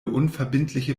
unverbindliche